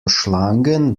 schlagen